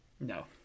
No